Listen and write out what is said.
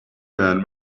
man